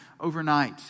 overnight